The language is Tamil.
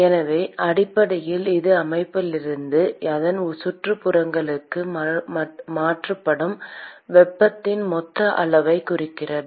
எனவே அடிப்படையில் இது அமைப்பிலிருந்து அதன் சுற்றுப்புறங்களுக்கு மாற்றப்படும் வெப்பத்தின் மொத்த அளவைக் குறைக்கிறது